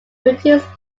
produced